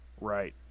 Right